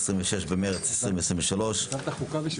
26 במרס 2023. על סדר-היום: